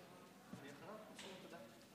כבוד היושבת בראש,